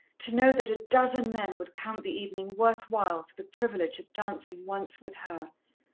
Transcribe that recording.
to know that a dozen men would count the evening worth while for the privilege of dancing once with her,